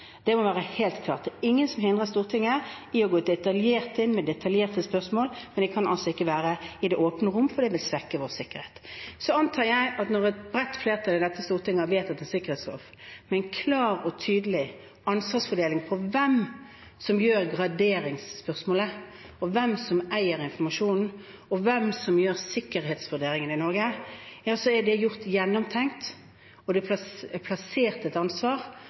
Det må være helt klart. Det er ingen som hindrer Stortinget i å gå detaljert inn, med detaljerte spørsmål, men det kan altså ikke være i det åpne rom, for det vil svekke vår sikkerhet. Jeg antar at når et bredt flertall i dette storting har vedtatt en sikkerhetslov med en klar og tydelig ansvarsfordeling når det gjelder hvem som avgjør graderingsspørsmålet, hvem som eier informasjonen, og hvem som gjør sikkerhetsvurderingene i Norge, er det gjennomtenkt, og det er plassert et ansvar.